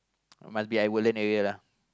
must be at Woodlands area lah